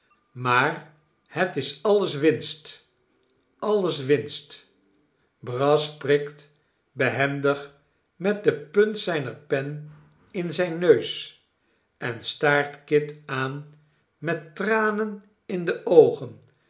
maar het is alles winst alles winst brass prikt behendig met de punt zijner pen in zijn neus en staart kit aan met tranen in de oogen